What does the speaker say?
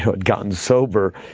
had gotten sober.